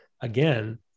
Again